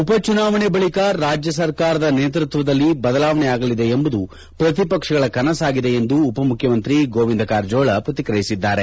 ಉಪಚುನಾವಣೆ ಬಳಿಕ ರಾಜ್ಯ ಸರ್ಕಾರದ ನೇತೃತ್ವದಲ್ಲಿ ಬದಲಾವಣೆ ಆಗಲಿದೆ ಎಂಬುದು ಪ್ರತಿಪಕ್ಷಗಳ ಕನಸಾಗಿದೆ ಎಂದು ಉಪಮುಖ್ಯಮಂತ್ರಿ ಗೋವಿಂದ ಕಾರಜೋಳ ಪ್ರತಿಕ್ರಿಯಿಸಿದ್ದಾರೆ